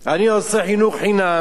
אני עושה חינוך חינם,